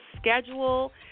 schedule